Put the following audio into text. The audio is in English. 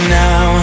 now